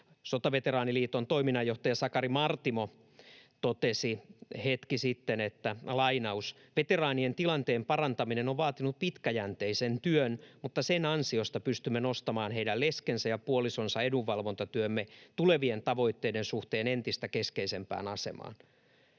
Sotaveteraaniliiton toiminnanjohtaja Sakari Martimo totesi hetki sitten: ”Veteraanien tilanteen parantaminen on vaatinut pitkäjänteisen työn, mutta sen ansiosta pystymme nostamaan heidän leskensä ja puolisonsa edunvalvontatyömme tulevien tavoitteiden suhteen entistä keskeisempään asemaan.”